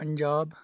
Punjab